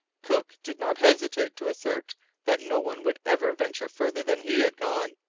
cook did not hesitate to assert that no one would ever venture farther than he had gone,